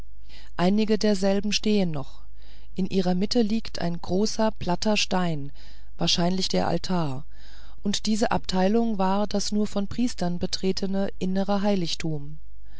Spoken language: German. einige derselben stehen noch in ihrer mitte liegt ein großer platter stein wahrscheinlich der altar und diese abteilung war das nur von priestern betretene innere heiligtum